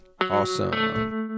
awesome